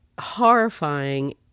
horrifying